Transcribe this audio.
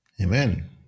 amen